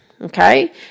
okay